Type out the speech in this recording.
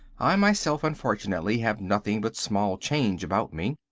i myself, unfortunately, have nothing but small change about me.